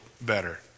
better